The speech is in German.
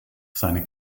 seine